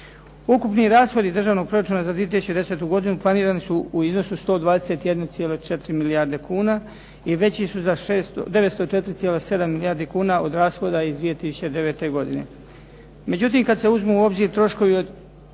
Ukupni rashodi Državnog proračuna za 2010. godinu planirani su u iznosu od 121,4 milijarde kuna i veći su za 904,7 milijardi kuna od rashoda iz 2009. godine. Međutim, kad se uzmu u obzir troškovi od